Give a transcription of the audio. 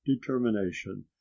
determination